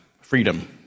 Freedom